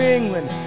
England